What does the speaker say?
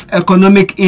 economic